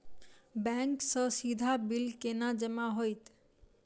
Bank सँ सीधा bill केना जमा होइत?